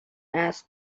asked